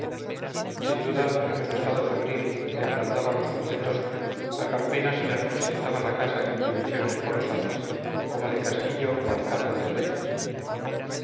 sin duda porque su estado febril le agrandaba los objetos a calpena se le representaba la casa con dimensiones colosales como de castillo o alcázar de reyes